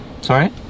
Sorry